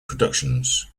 productions